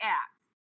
acts